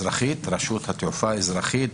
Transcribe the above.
בעניין רשות התעופה אזרחות,